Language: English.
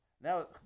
now